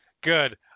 good